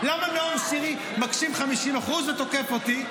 למה נאור שירי מקשיב 50% ותוקף אותי?